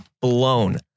blown